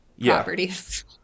properties